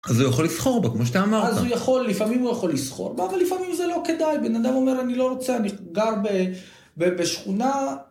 אז הוא יכול לסחור בה כמו שאתה אמרת. -אז הוא יכול, לפעמים הוא יכול לסחור בה, אבל לפעמים זה לא כדאי. בן אדם אומר אני לא רוצה, אני גר ב... בשכונה...